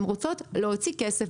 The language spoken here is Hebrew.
הן רוצות להוציא כסף,